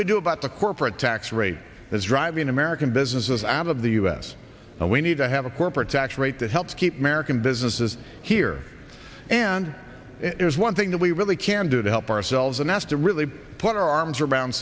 we do about the corporate tax rate is driving american businesses out of the us and we need to have a corporate tax rate that helps keep merican businesses here and there's one thing that we really can do to help ourselves and that's to really put our arms around